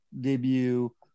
debut